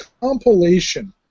compilation